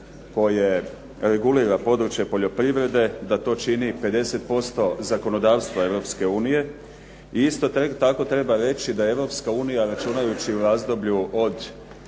koje regulira područje poljoprivrede da to čini 50% zakonodavstva Europske unije. I isto tako treba reći da Europska unija računajući u razdoblju od